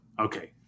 okay